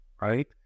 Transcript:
right